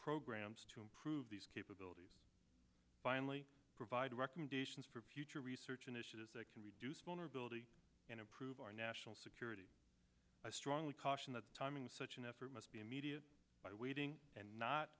programs to improve these capabilities finally provide recommendations for future research initiatives that can reduce vulnerability and improve our national security i strongly caution that the timing of such an effort must be immediate by waiting and not